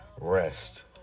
rest